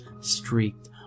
streaked